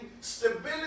stability